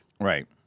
Right